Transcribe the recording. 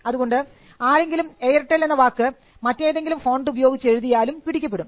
അതുകൊണ്ട് ആരെങ്കിലും എയർടെൽ എന്ന വാക്ക് മറ്റേതെങ്കിലും ഫോൺട് ഉപയോഗിച്ച് എഴുതിയാലും പിടിക്കപ്പെടും